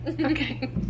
Okay